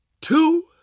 two